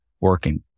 working